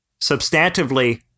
substantively